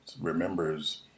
remembers